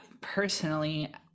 personally